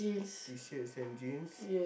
T-shirts and jeans